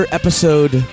episode